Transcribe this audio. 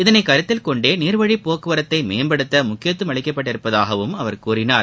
இதனை கருத்தில் கொண்டே நீர்வழிப் போக்குவரத்தை மேம்படுத்த முக்கியத்துவம் அளிக்கப்பட்டு இருப்பதாகவும் அவர் கூறினார்